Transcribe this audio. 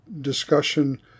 discussion